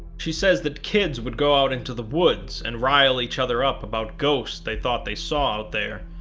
she says that kids would go out into the woods and rile eachother up about ghosts they thought they saw out there,